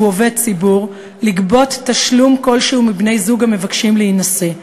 עובד ציבור לגבות תשלום כלשהו מבני-זוג המבקשים להינשא.